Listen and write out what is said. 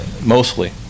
mostly